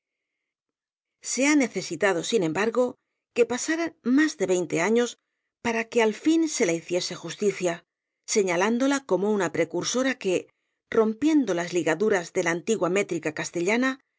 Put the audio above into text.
se ha necesitado sin embargo que pasaran más de veinte años para que al fin se la hiciese justicia señalándola como una precursora que rompiendo las ligaduras de la antigua métrica castellana